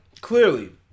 clearly